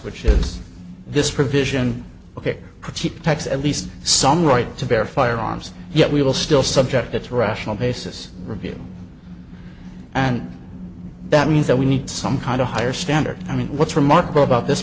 which is this provision ok keep tax at least some right to bear firearms yet we will still subject it's rational basis review and that means that we need some kind of higher standard i mean what's remarkable about this